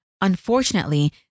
Unfortunately